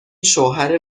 شوهر